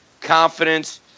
confidence